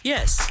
Yes